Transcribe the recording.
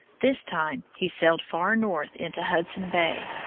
this time he sailed far north into hudson bay.